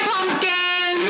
Pumpkin